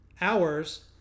hours